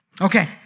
Okay